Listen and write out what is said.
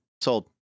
sold